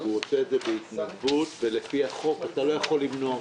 ‏‏‏‏ט"ו אייר תשע"ט ‏‏‏‏20 מאי 2019 לכבוד מר ערן יעקב מנהל רשות